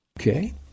Okay